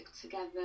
together